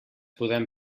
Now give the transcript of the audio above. podem